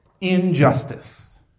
injustice